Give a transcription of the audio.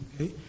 Okay